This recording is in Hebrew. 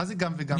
מה זה גם וגם וגם?